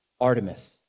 Artemis